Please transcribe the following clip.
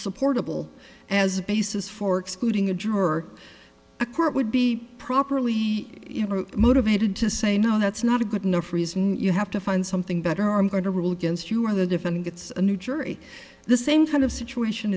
supportable as a basis for excluding a juror a court would be properly motivated to say no that's not a good enough reason you have to find something better i'm going to rule against you or the defendant gets a new jury the same kind of situation